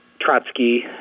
Trotsky